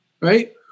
Right